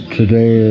Today